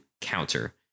counter